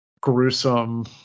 gruesome